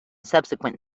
subsequent